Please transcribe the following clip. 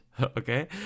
Okay